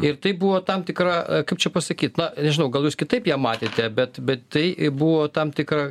ir tai buvo tam tikra kaip čia pasakyt na nežinau gal jūs kitaip ją matėte bet bet tai buvo tam tikra